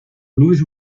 luis